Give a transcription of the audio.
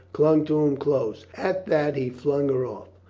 clung to him close. at that he flung her oft.